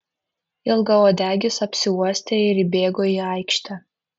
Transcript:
ilgauodegis apsiuostė ir įbėgo į aikštę